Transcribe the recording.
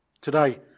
Today